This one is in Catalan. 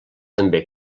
també